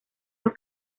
los